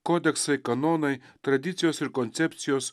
kodeksai kanonai tradicijos ir koncepcijos